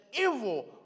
evil